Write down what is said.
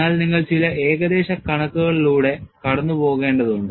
എന്നാൽ നിങ്ങൾ ചില ഏകദേശ കണക്കുകളിലൂടെ കടന്നുപോകേണ്ടതുണ്ട്